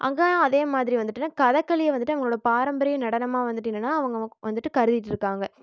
அங்கே அதேமாதிரி வந்துட்டுனா கதக்களியை வந்துவிட்டு அங்கே பாரம்பரிய நடனமாக வந்துவிட்டு என்னென்னா அவங்க வந்துவிட்டு கருதிட்டுருக்காங்க